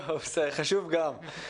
חשוב גם.